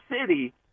City